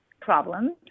problem